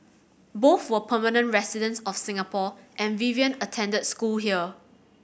both were permanent residents of Singapore and Vivian attended school here